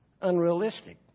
Unrealistic